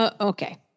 Okay